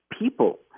people